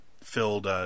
filled